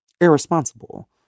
irresponsible